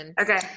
Okay